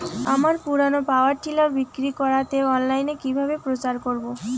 আমার পুরনো power tiller বিক্রি করাতে অনলাইনে কিভাবে প্রচার করব?